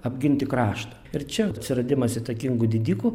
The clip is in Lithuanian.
apginti kraštą ir čia atsiradimas įtakingų didikų